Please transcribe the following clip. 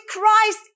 Christ